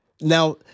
Now